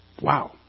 wow